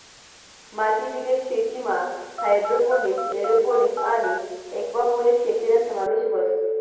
मातीबिगेर शेतीमा hydroponics, aeroponics आणि एक्वापोनिक्स शेतीना समावेश व्हस